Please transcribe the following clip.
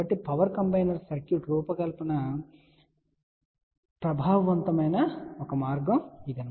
కాబట్టి power combiner circuit రూపకల్పన యొక్క ప్రభావవంతమైన 1మార్గం ఇది